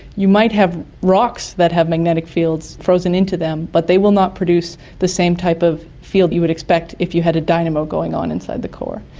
you might have rocks that have magnetic fields frozen into them but they will not produce the same type of field that you would expect if you had a dynamo going on inside the core.